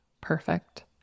perfect